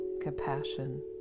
compassion